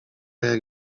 jak